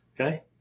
Okay